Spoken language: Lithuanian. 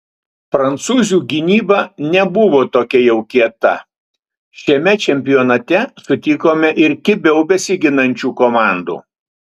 prancūzių gynyba nebuvo tokia jau kieta šiame čempionate sutikome ir kibiau besiginančių komandų